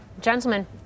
Gentlemen